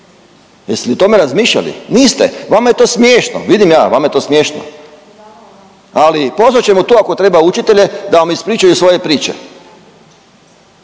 Jeste li o tome razmišljali? Niste. Vama je to smiješno, vidim ja vama je to smiješno. Ali pozvat ćemo tu ako treba učitelje da vam ispričaju svoje priče,